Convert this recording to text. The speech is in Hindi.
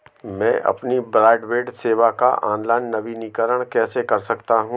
मैं अपनी ब्रॉडबैंड सेवा का ऑनलाइन नवीनीकरण कैसे कर सकता हूं?